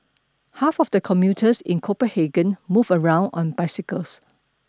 half of the commuters in Copenhagen move around on bicycles